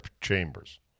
Chambers